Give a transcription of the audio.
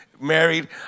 married